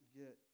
get